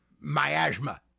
miasma